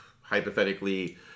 hypothetically